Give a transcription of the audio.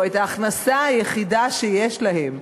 או את ההכנסה היחידה שיש להם,